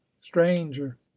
stranger